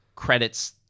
credits